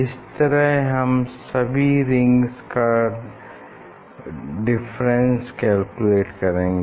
इस तरह हम सभी रिंग्स का डिफरेंस कैलकुलेट करेंगे